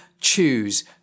choose